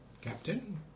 Captain